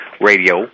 Radio